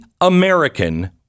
American